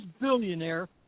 billionaire